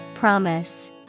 Promise